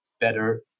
better